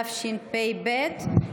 התשפ"ב 2021,